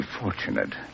fortunate